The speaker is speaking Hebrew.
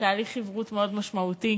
היא תהליך חברות מאוד משמעותי,